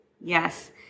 Yes